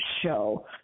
show